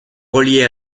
relié